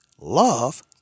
love